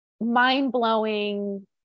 mind-blowing